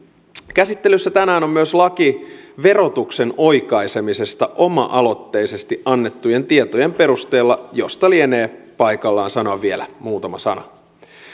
käsittelyssä tänään on myös laki verotuksen oikaisemisesta oma aloitteisesti annettujen tietojen perusteella josta lienee paikallaan sanoa vielä muutama sana